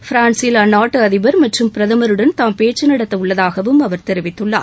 பிரான்ஸில் அந்நாட்டு அதிபர் மற்றும் பிரதமருடன் தாம் பேச்சு நடத்த உள்ளதாகவும் அவர் தெரிவித்துள்ளார்